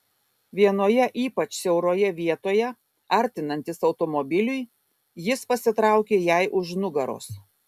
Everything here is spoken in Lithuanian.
vienoje ypač siauroje vietoje artinantis automobiliui jis pasitraukė jai už nugaros